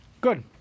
good